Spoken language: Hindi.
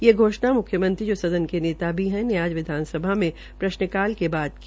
यह घोषणा मुख्यमंत्री जो सदन के नेता भी हैं ने आज विधानसभा में प्रश्नकाल के बाद की